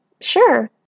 Sure